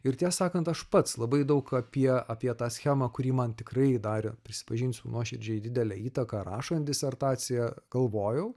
ir tiesą sakant aš pats labai daug apie apie tą schemą kuri man tikrai darė prisipažinsiu nuoširdžiai didelę įtaką rašant disertaciją galvojau